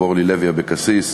אורלי לוי אבקסיס,